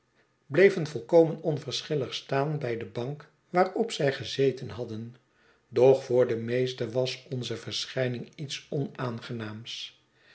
bleven volkomen onverscliillig staan by de bank waarop zij gezeten hadden doch voor de meeste was onze verschijning iets onaangenaams